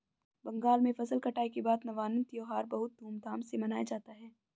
बंगाल में फसल कटाई के बाद नवान्न त्यौहार बहुत धूमधाम से मनाया जाता है